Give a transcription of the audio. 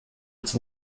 its